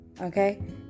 okay